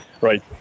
right